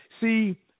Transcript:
See